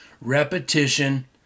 Repetition